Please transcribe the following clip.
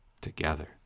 together